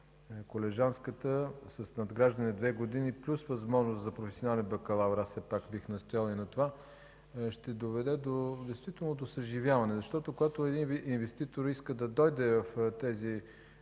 колежанската форма с надграждане две години плюс възможност за професионален бакалавър, бих настоял и на това, ще доведе до действителното съживяване. Защото когато един инвеститор иска да дойде в тези